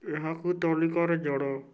ଏହାକୁ ତାଲିକାରେ ଯୋଡ଼